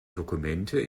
dokumente